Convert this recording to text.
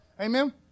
Amen